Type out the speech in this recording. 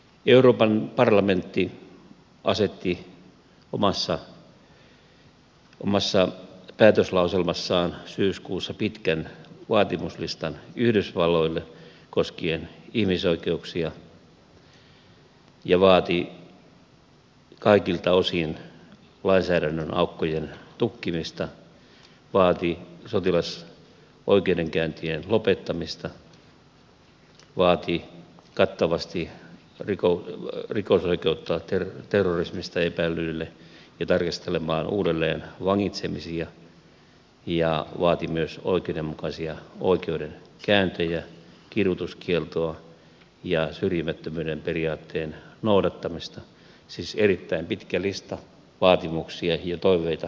euroopan parlamentti asetti omassa päätöslauselmassaan syyskuussa pitkän vaatimuslistan yhdysvalloille koskien ihmisoikeuksia ja vaati kaikilta osin lainsäädännön aukkojen tukkimista vaati sotilasoikeudenkäyntien lopettamista vaati kattavasti rikosoikeutta terrorismista epäillyille ja tarkastelemaan uudelleen vangitsemisia ja vaati myös oikeudenmukaisia oikeudenkäyntejä kidutuskieltoa ja syrjimättömyyden periaatteen noudattamista siis erittäin pitkä lista vaatimuksia ja toiveita yhdysvalloille